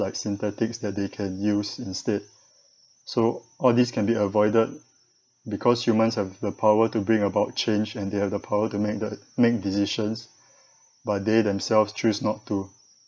like synthetics that they can use instead so all these can be avoided because humans have the power to bring about change and they have the power to make the make decisions but they themselves choose not to